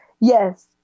Yes